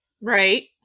right